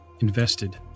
invested